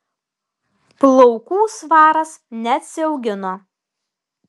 plaukų svaras neatsiaugino